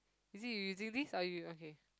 is it you using this or you okay